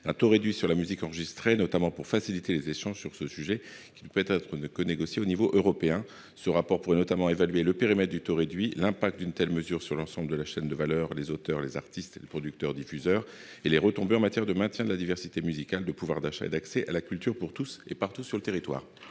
tu aurais dû sur la musique enregistrée notamment pour faciliter les échanges sur ce sujet qui pourrait être ne que négocier au niveau européen, ce rapport pourrait notamment évaluer le périmètre du taux réduit l'impact d'une telle mesure sur l'ensemble de la chaîne de valeur. Les auteurs, les artistes et les producteurs, diffuseurs et les retombées en matière de maintien de la diversité musicale de pouvoir d'achat et d'accès à la culture pour tous et partout sur le territoire.